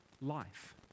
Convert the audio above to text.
life